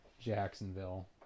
jacksonville